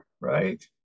right